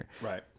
Right